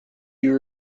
you